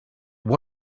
what